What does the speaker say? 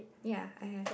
ya I have